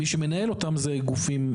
מי שמנהל אותן זה גופים,